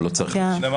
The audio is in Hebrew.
הוא לא צריך להקשיב.